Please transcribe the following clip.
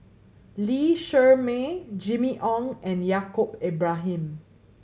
Lee Shermay Jimmy Ong and Yaacob Ibrahim